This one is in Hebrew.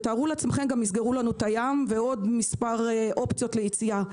תארו לעצמכם שיסגרו לנו את הים ועוד מס' אופציות ליציאה.